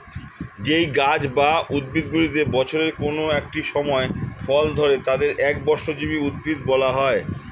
যেই গাছ বা উদ্ভিদগুলিতে বছরের কোন একটি সময় ফল ধরে তাদের একবর্ষজীবী উদ্ভিদ বলা হয়